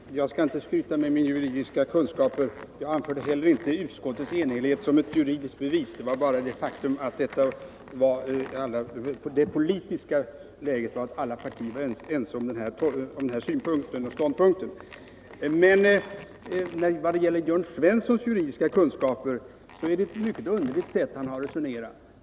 Herr talman! Jag skall inte skryta med mina juridiska kunskaper. Jag anförde inte heller utskottets enhällighet som ett juridiskt bevis. Jag ville bara påpeka det faktumet att det politiska läget var sådant att alla partier var ense om ståndpunkten. Vad gäller Jörn Svenssons juridiska kunskaper är det ett mycket underligt sätt han resonerar på.